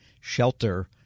shelter